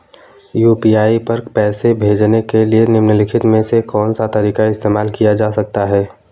UPI पर पैसे भेजने के लिए निम्नलिखित में से कौन सा तरीका इस्तेमाल किया जा सकता है?